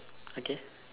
okay